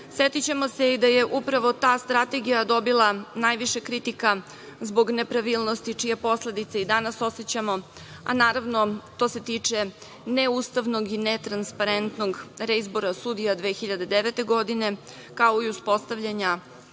setićemo se i da je upravo ta strategija dobila najviše kritika zbog nepravilnosti, čije posledice i danas osećamo, a naravno to se tiče neustavnog i netransparentnog reizbora sudija 2009. godine, kao i uspostavljanja